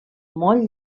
molt